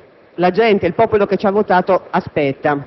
mi è permesso - una cosa giusta di sinistra, una di quelle che la gente e il popolo che ci ha votato aspetta.